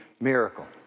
miracle